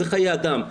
זה חיי אדם.